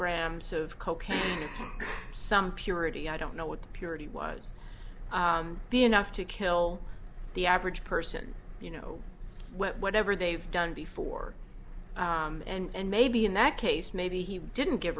milligrams of cocaine or some purity i don't know what the purity was be enough to kill the average person you know whatever they've done before and maybe in that case maybe he didn't give